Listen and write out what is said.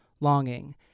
longing